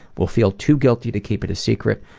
will feel too guilty to keep it a secret,